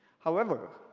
however,